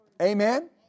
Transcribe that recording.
Amen